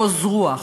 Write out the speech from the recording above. עוז רוח